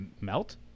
melt